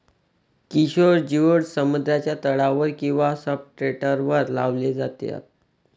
Kishore geoducks समुद्राच्या तळावर किंवा सब्सट्रेटवर लावले जातात